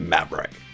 Maverick